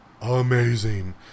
amazing